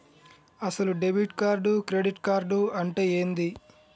అసలు debit card credit card అంటే ఏంది?